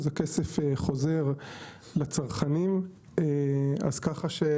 הכסף חוזר לצרכנים ככה שזה כסף שחוזר